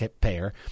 payer